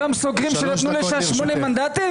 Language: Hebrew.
אלו אותם סוקרים שנתנו לש"ס שמונה מנדטים?